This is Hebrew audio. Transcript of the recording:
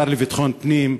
השר לביטחון פנים,